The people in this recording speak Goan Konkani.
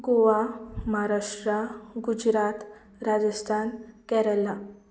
गोवा म्हाराष्ट्रा गुजरात राजस्थान केरला